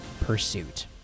pursuit